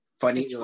funny